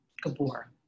Gabor